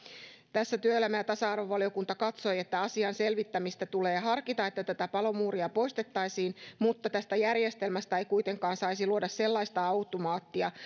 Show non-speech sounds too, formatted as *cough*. tässä työelämä ja tasa arvovaliokunta katsoi että asian selvittämistä tulee harkita että tätä palomuuria poistettaisiin mutta tästä järjestelmästä ei kuitenkaan saisi luoda sellaista automaattia *unintelligible*